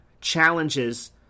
Challenges